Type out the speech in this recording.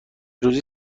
روزی